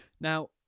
Now